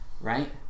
right